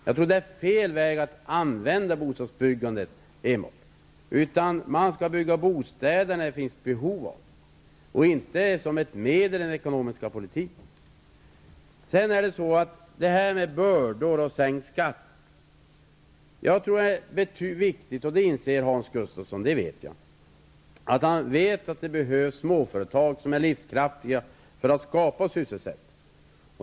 Jag tror att det är fel att använda bostadsbyggandet på det sättet. Bostäder skall byggas när det finns behov därav och inte som ett medel i den ekonomiska politiken. Hans Gustafsson säger att en sänkning av kapitalskatterna innebär en börda för de sämst ställda. Men även Hans Gustafsson vet att det behövs småföretag som är livskraftiga och kan ge sysselsättning.